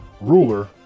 ruler